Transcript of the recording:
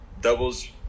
doubles